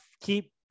keep